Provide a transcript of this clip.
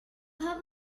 have